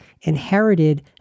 inherited